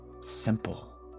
simple